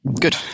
good